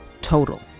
total